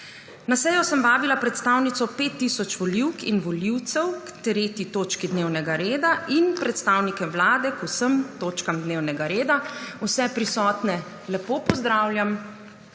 Na sejo sem vabila predstavnico 5 tisoč volivk in volivcev k 3. točki dnevnega reda in predstavnike Vlade k vsem točkam dnevnega reda. Vse prisotne lepo pozdravljam,